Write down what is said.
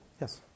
Yes